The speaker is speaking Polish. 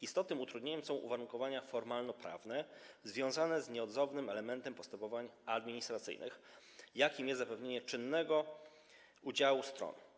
Istotnym utrudnieniem są uwarunkowania formalnoprawne związane z nieodzownym elementem postępowań administracyjnych, jakim jest zapewnienie czynnego udziału stron.